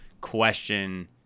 question